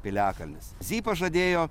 piliakalnis zy pažadėjo